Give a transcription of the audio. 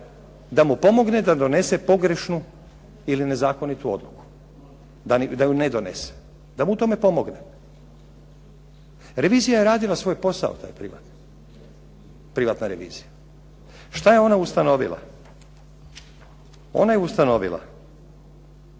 da mu pomogne da donese pogrešnu ili nezakonitu odluku, da je ne donese. Da mu u tome pomogne. Revizija je radila svoj posao taj privatni, privatna revizija. Što je ona ustanovila? Ona je ustanovila